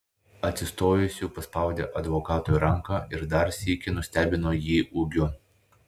atsistojusi paspaudė advokatui ranką ir dar sykį nustebino jį ūgiu